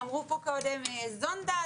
אמרו פה קודם זונדה,